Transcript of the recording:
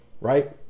right